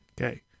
Okay